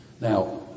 Now